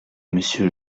monsieur